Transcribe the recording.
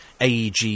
AEG